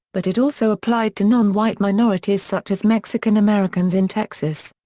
but it also applied to non-white minorities such as mexican americans in texas.